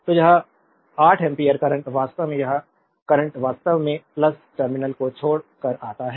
तो यह 8 ampere current वास्तव में यह करंट वास्तव में टर्मिनल को छोड़ कर आता है